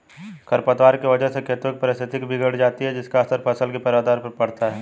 खरपतवार की वजह से खेतों की पारिस्थितिकी बिगड़ जाती है जिसका असर फसल की पैदावार पर पड़ता है